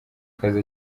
kazi